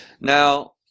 Now